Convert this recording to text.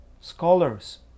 scholars